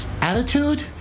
attitude